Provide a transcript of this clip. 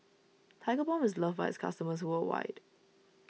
Tigerbalm is loved by its customers worldwide